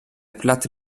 platte